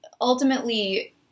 ultimately